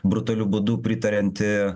brutaliu būdu pritarianti